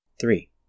Three